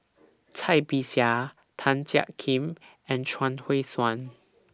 Cai Bixia Tan Jiak Kim and Chuang Hui Tsuan